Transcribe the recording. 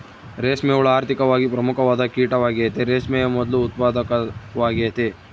ರೇಷ್ಮೆ ಹುಳ ಆರ್ಥಿಕವಾಗಿ ಪ್ರಮುಖವಾದ ಕೀಟವಾಗೆತೆ, ರೇಷ್ಮೆಯ ಮೊದ್ಲು ಉತ್ಪಾದಕವಾಗೆತೆ